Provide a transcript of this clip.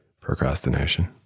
procrastination